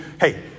hey